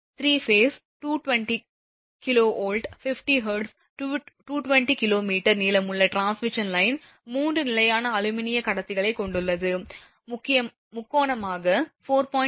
3 phase 220 kV 50 hertz 200 கிமீ நீளமுள்ள transmission line 3 நிலையான அலுமினிய கடத்திகளைக் கொண்டுள்ளது முக்கோணமாக 4